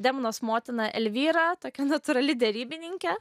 demnos motina elvyra tokia natūrali derybininkė